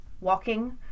walking